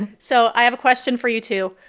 and so i have a question for you two.